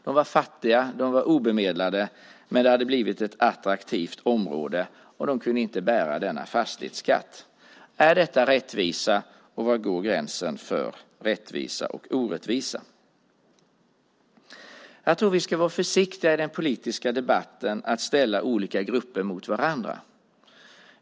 De var fattiga, de var obemedlade, men det hade blivit ett attraktivt område, och de kunde inte bära denna fastighetsskatt. Är detta rättvisa? Var går gränsen mellan rättvisa och orättvisa? Jag tror att vi ska vara försiktiga med att i den politiska debatten ställa olika grupper mot varandra.